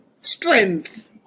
strength